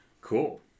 Cool